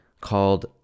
called